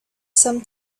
some